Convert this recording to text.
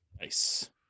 Nice